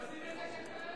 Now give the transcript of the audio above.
עשית את זה כשהיית מנהלת?